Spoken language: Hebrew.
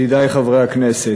אדוני היושב-ראש, ידידי חברי הכנסת,